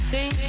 See